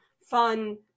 fun